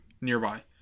nearby